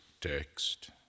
text